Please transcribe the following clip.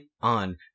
On